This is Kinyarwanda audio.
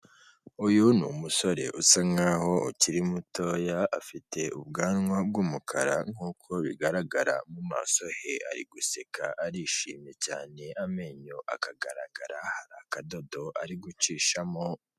Uyu ni umusore usa nk'aho ukiri mutoya, afite ubwanwa bw'umukara nk'uko bigaragara mu maso he ari guseka arishimye cyane amenyo akagaragara, hari akadodo ari gucishamo.